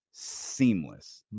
Seamless